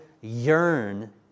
yearn